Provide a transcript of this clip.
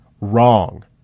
Wrong